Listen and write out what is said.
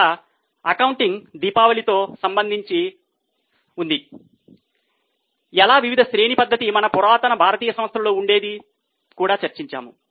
ఎలా అకౌంటింగ్ దీపావళితో సంబంధించి ఉంది ఎలా వివిధ శ్రేణి పద్ధతి మన పురాతన భారతీయ సంస్థలలో ఉండేది చర్చించాము